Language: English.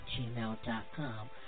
gmail.com